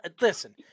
Listen